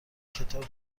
کتاب